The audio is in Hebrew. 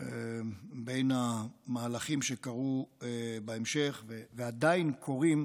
בין המהלכים שקרו בהמשך, ועדיין קורים,